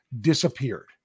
disappeared